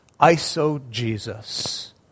iso-Jesus